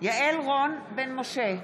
יעל רון בן משה,